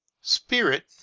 Spirit